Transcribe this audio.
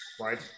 Right